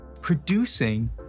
producing